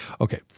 Okay